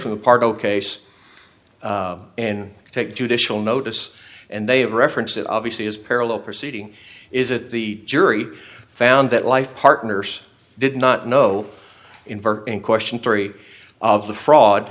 of the case in take judicial notice and they have reference that obviously is parallel proceeding is that the jury found that life partners did not know in in question three of the fraud